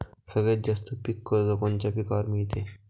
सगळ्यात जास्त पीक कर्ज कोनच्या पिकावर मिळते?